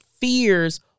fears